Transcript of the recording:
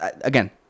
again